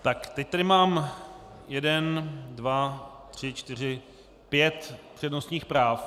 Tak teď tady mám jeden, dva, tři, čtyři, pět přednostních práv.